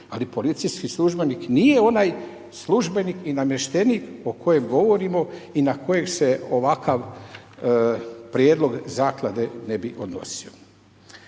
ali policijski službenik nije onaj službenik i namještenik o kojem govorimo i na kojeg se ovakav prijedlog zakade ne bi odnosio.